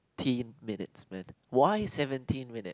teen minutes man why seventeen minutes